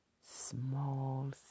small